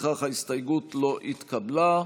לפיכך ההסתייגות לא התקבלה.